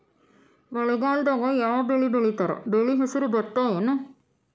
ಮಳೆಗಾಲದಾಗ್ ಯಾವ್ ಬೆಳಿ ಬೆಳಿತಾರ, ಬೆಳಿ ಹೆಸರು ಭತ್ತ ಏನ್?